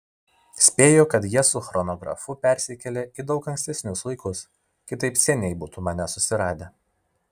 spėju kad jie su chronografu persikėlė į daug ankstesnius laikus kitaip seniai būtų mane susiradę